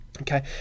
Okay